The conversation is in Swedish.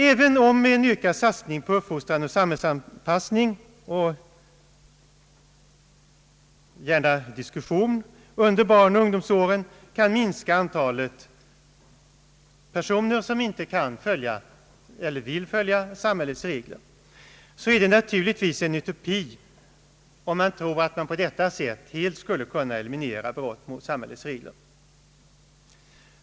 Även om en ökad satsning på uppfostran och samhällsanpassning under barnaoch ungdomsåren kan minska antalet personer som inte kan eller vill följa samhällets regler är det naturligt vis en utopi att tro att man på detta sätt helt skulle kunna eliminera brott mot samhällets regler.